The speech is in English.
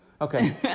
Okay